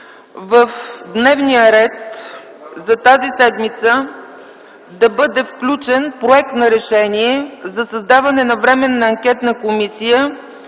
в дневния ред за тази седмица да бъде включен Проект за решение за създаване на Временна анкетна комисия